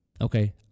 Okay